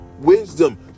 Wisdom